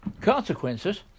consequences